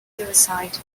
suicide